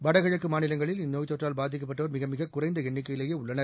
வடகிழக்கு மாநிலங்களில் இந்நோய்த்தொற்றால் பாதிக்கப்பட்டோர் மிகமிக குறைந்த எண்ணிக்கையிலேயே உள்ளனர்